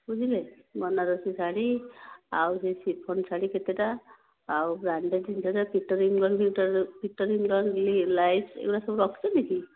ବୁଝିଲେ ବନାରସୀ ଶାଢ଼ୀ ଆଉ ସେହି ସିଫନ ଶାଢ଼ୀ କେତେଟା ଆଉ ବ୍ରାଣ୍ଡେଡ଼ ଜିନିଷ ରେ ପିଟର ଇଂଲଣ୍ଡ ଫିଟର ପିଟର ଇଂଲଣ୍ଡ ଲି ଲାଇଭ ଏଗୁଡ଼ା ସବୁ ରଖିଛନ୍ତିକି